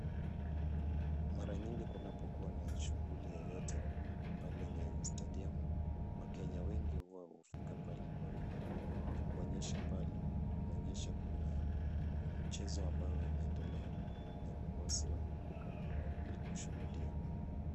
Mara nyingi kunapokuwa na shughuli yoyote pale Nyayo stadiamu , wakenye wengi huwa hufika pale kwa wingi, na kuonyesha pale inaonyesha kuna mchezo ambayo inaendelea na wafuasi wamefika ili kushuhudia.